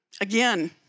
again